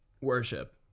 worship